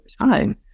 time